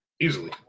Easily